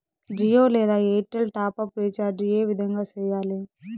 జియో లేదా Airtel top up recharge ఏ విధంగా సేయాలి